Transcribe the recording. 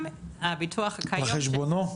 על חשבונו?